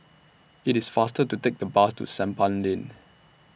IT IS faster to Take The Bus to Sampan Lane